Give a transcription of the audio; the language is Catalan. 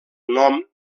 nom